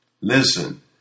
Listen